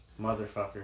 Motherfucker